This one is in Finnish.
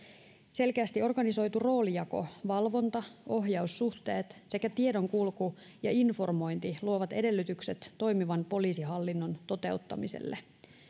selkeästi organisoitu roolijako valvonta ohjaussuhteet sekä tiedonkulku ja informointi luovat edellytykset toimivan poliisihallinnon toteuttamiselle